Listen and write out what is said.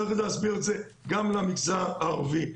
צריך להסביר את זה גם למגזר הערבי.